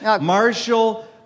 Marshall